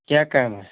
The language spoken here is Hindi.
क्या कहना है